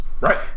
Right